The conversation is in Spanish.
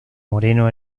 moreno